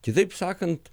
kitaip sakant